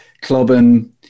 clubbing